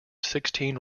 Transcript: sixteen